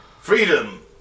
Freedom